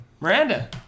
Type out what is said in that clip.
Miranda